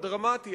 הדרמטי,